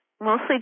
Mostly